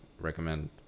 recommend